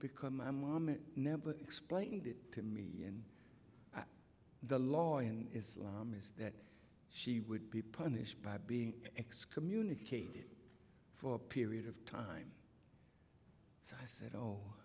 because my mom never explained it to me in the law in islam is that she would be punished by being excommunicated for a period of time so i said oh